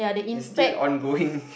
he still ongoing